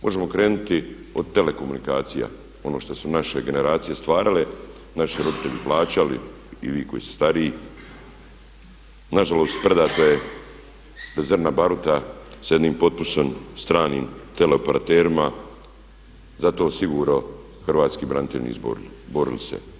Možemo krenuti od telekomunikacija, ono što su naše generacije stvarale, naši roditelji plaćali i vi koji ste stariji, nažalost sprdate bez zrna baruta sa jednim potpisom stranim teleoperaterima za to se sigurno hrvatski branitelji nisu borili.